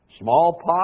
Smallpox